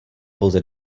pouze